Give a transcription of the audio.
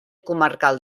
comarcal